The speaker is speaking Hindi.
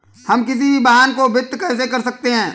हम किसी भी वाहन को वित्त कैसे कर सकते हैं?